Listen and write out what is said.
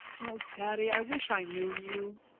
oh, daddy, i wish i knew you!